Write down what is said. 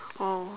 oh